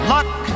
Luck